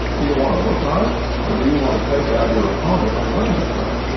do you want to look nice? or do you want to take out your opponent and win this thing?